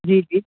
جی جی